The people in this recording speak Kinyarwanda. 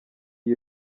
iyi